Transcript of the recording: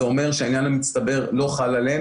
זה אומר שהעניין המצטבר לא חל עליהם.